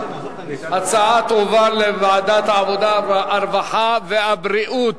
ההצעה להעביר את הצעת חוק הביטוח הלאומי (תיקון,